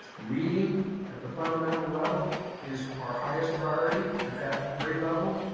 reading at the fundamental level is our highest priority at that grade level.